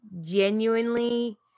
genuinely